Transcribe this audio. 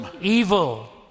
evil